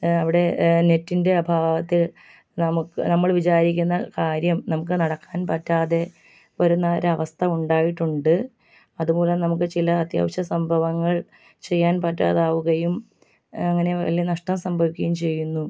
അവിടെ നെറ്റിൻ്റെ അഭാവത്തിൽ നമുക്ക് നമ്മൾ വിചാരിക്കുന്ന കാര്യം നമുക്ക് നടക്കാൻ പറ്റാതെ വരുന്ന ഒരു അവസ്ഥ ഉണ്ടായിട്ടുണ്ട് അതുപോലെ നമുക്ക് ചില അത്യാവശ്യ സംഭവങ്ങൾ ചെയ്യാൻ പറ്റാതാവുകയും അങ്ങനെ വലിയ നഷ്ടം സംഭവിക്കുകയും ചെയ്യുന്നു